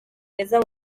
meza